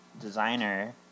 designer